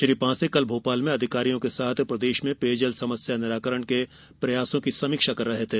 श्री पांसे कल भोपाल में अधिकारियों के साथ प्रदेश में पेयजल समस्या निराकरण के प्रयासों की समीक्षा कर रहे थे